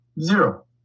Zero